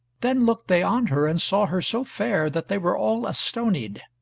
then looked they on her, and saw her so fair that they were all astonied.